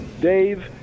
Dave